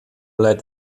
let